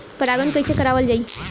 परागण कइसे करावल जाई?